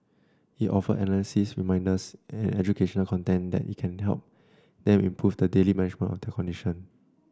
it offers analyses reminders and educational content that can help them improve the daily management of their condition